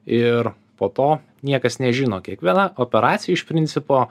ir po to niekas nežino kiekviena operacija iš principo